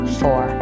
four